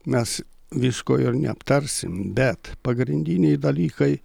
mes visko ir neaptarsim bet pagrindiniai dalykai